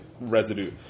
residue